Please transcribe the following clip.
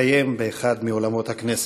יתקיים באחד מאולמות הכנסת.